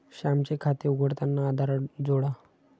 श्यामचे खाते उघडताना आधार जोडा